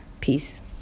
Peace